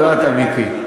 זה לא אתה, מיקי.